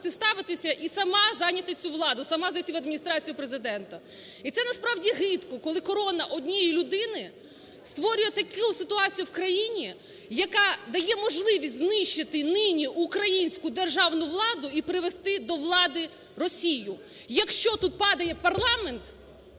протиставитися і сама зайняти цю владу, сама зайти в Адміністрацію Президента. І це насправді гидко, коли корона одної людини створює таку ситуацію в країні, яка дає можливість знищити нині українську державну владу і привести до влади Росію. Якщо тут падає парламент,